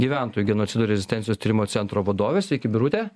gyventojų genocido ir rezistencijos tyrimo centro vadovė sveiki birute